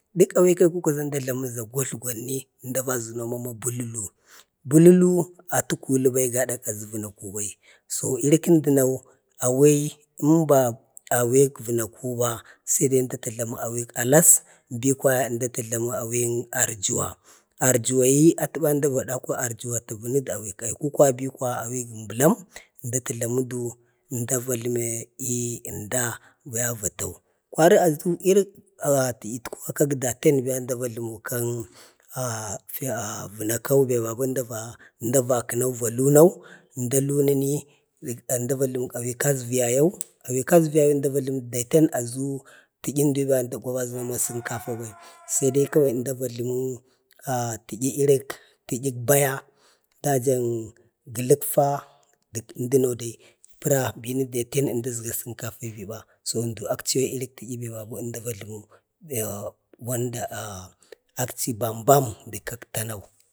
dək awi aikukwanini əmda jlamu gok ətlgwann əmda va zəma bululu. bulul atu kulubai gada azu ətgwanbai, iri kəndənau awai əmda awek vənakuba saidai əmda ta jlami awi kalas, bi kwaya əmda ta jlami awik arjuwa. arjuwa yi atəban əmda va dawha arjuwa da bənudu awi aikukwa ko awi gambəlam əmda ta jlamudu, əmda vajlime i əmda natau. kwari azu irək təyət kuwa kak daten, əmda vajlumu kan ah ah vənakau ben əmda va whunau va hunau. zmda lumini əmda ajlumi daten azu tə'yən dəga saidai kawai əmda vajləmu ah tayi irək baya dəyen gələkfa dək əmdəno dai pəra bewu daten əmda azga akchi bam bam də kak tanau